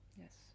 yes